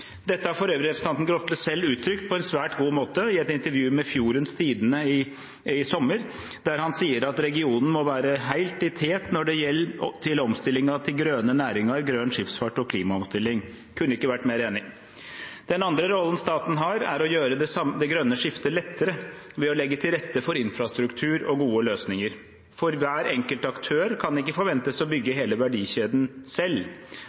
Dette har for øvrig representanten Grotle selv uttrykt på en svært god måte i et intervju med Fjordenes Tidende i sommer, der han sier at regionen må være «heilt i tet når det gjeld til omstillinga til grøne næringar, grøn skipsfart og klimaomstilling». Jeg kunne ikke vært mer enig. Den andre rollen staten har, er å gjøre det grønne skiftet lettere ved å legge til rette for infrastruktur og gode løsninger, for hver enkelt aktør kan ikke forventes å bygge hele verdikjeden selv.